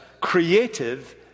creative